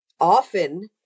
often